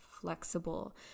flexible